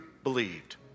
believed